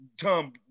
Tom